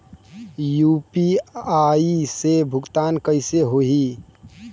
UPI से भुगतान कइसे होहीं?